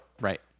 Right